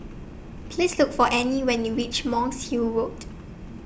Please Look For Anie when YOU REACH Monk's Hill Road